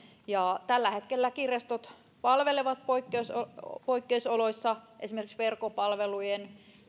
tällä hetkellä kirjastot palvelevat poikkeusoloissa poikkeusoloissa esimerkiksi verkkopalvelujen